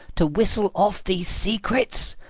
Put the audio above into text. to whistle off these secrets,